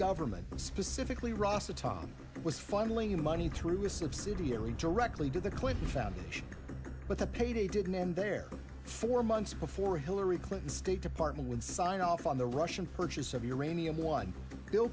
government specifically ross atop it was funneling money through a subsidiary directly to the clinton foundation but the payday didn't end there for months before hillary clinton's state department would sign off on the russian purchase of uranium one bill